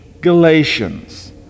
Galatians